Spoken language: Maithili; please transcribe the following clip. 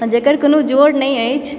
जेकर कोनो जोर नहि अछि